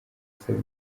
asaba